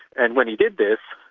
and when he did this,